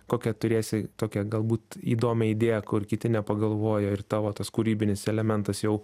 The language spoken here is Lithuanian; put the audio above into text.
kokią turėsi tokią galbūt įdomią idėją kur kiti nepagalvojo ir tavo tas kūrybinis elementas jau